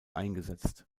eingesetzt